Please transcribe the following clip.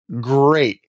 great